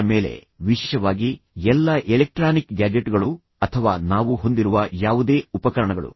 ಅದರ ಮೇಲೆ ವಿಶೇಷವಾಗಿ ಎಲ್ಲಾ ಎಲೆಕ್ಟ್ರಾನಿಕ್ ಗ್ಯಾಜೆಟ್ಗಳು ಅಥವಾ ನಾವು ಹೊಂದಿರುವ ಯಾವುದೇ ಉಪಕರಣಗಳು